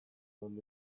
dudan